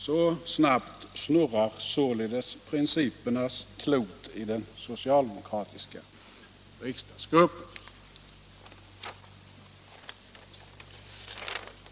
Så snabbt snurrar således principernas klot i den socialdemokratiska riksdagsgruppen.